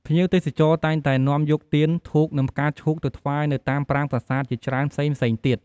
ភ្ញៀវទេសចរតែងតែនាំយកទៀន ធូប និងផ្កាឈូកទៅថ្វាយនៅតាមប្រាង្គប្រាសាទជាច្រើនផ្សេងៗទៀត។